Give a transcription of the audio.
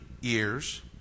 years